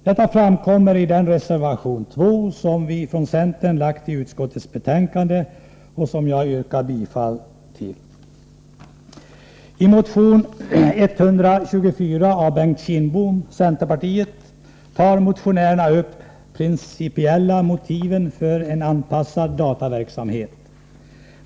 Detta framkommer i reservation 2, som vi från centern fogat till utskottets betänkande och som jag yrkar bifall till. I motion 1424 av Bengt Kindbom m.fl., centerpartiet, tar motionärerna upp de principiella motiven för en anpassad dataverksamhet.